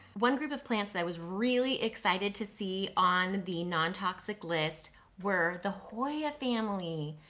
one group of plants that i was really excited to see on the non-toxic list, were the hoya family.